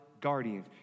guardians